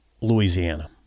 Louisiana